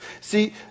See